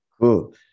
Cool